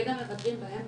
זה גם המענים באמצע,